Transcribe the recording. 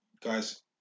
guys